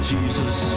Jesus